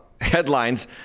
headlines